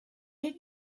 had